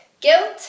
Guilt